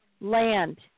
land